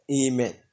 Amen